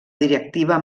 directiva